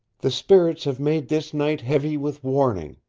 the spirits have made this night heavy with warning.